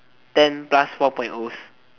ten plus four point so